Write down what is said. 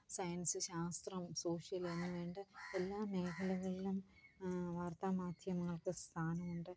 science ശാസ്ത്രം social എന്ന് വേണ്ട എല്ലാ മേഖലകളിലും വാര്ത്താമാധ്യമങ്ങള്ക്ക് സ്ഥാനമുണ്ട്